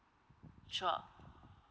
sure